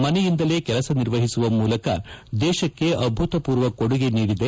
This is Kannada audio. ಮನೆಯಿಂದಲೇ ಕೆಲಸ ನಿರ್ವಹಿಸುವ ಮೂಲಕ ದೇಶಕ್ಕೆ ಅಭೂತಪೂರ್ವ ಕೊದುಗೆ ನೀಡಿದೆ